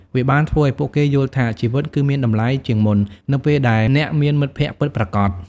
វាបានធ្វើឱ្យពួកគេយល់ថា ជីវិតគឺមានតម្លៃជាងមុននៅពេលដែលអ្នកមានមិត្តភក្តិពិតប្រាកដ។